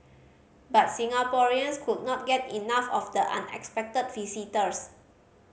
but Singaporeans could not get enough of the unexpected visitors